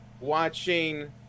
watching